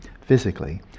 physically